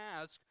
ask